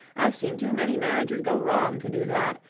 i've seen too many marriages go wrong to do that.